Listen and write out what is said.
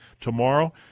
tomorrow